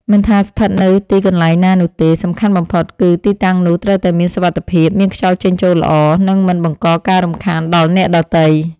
មិនថាស្ថិតនៅទីកន្លែងណានោះទេ សំខាន់បំផុតគឺទីតាំងនោះត្រូវតែមានសុវត្ថិភាព មានខ្យល់ចេញចូលល្អ និងមិនបង្កការរំខានដល់អ្នកដទៃ។